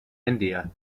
india